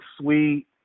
sweet